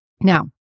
Now